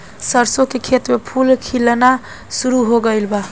सरसों के खेत में फूल खिलना शुरू हो गइल बा